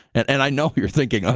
and i know what you're thinking.